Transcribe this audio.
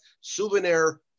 souvenir